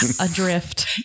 Adrift